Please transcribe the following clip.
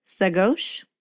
Sagosh